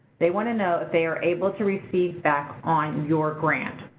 they want to know if they're able to receive feedback on your grant,